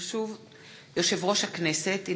ברשות יושב-ראש הכנסת,